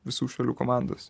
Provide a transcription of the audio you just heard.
visų šalių komandos